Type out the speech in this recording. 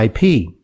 IP